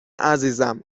عزیزم